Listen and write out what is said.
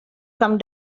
come